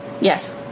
Yes